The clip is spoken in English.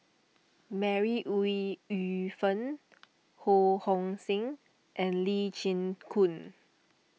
Mary Ooi Yu Fen Ho Hong Sing and Lee Chin Koon